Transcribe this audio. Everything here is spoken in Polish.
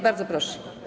Bardzo proszę.